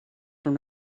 from